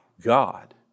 God